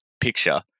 picture